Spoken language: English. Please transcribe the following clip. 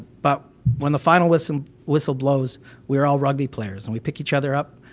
but when the final whistle whistle blows we are all rugby players, and we pick each other up,